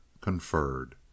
conferred